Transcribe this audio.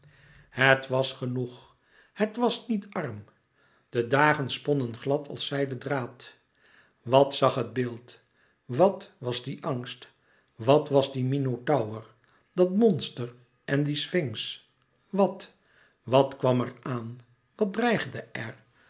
het was genoeg het was niet arm de dagen sponnen glad als zijden draad wat zag het beeld wat was die angst wat was die minotaur dat monster en die sfinx wat wat kwam er aan wat dreigde